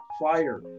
fire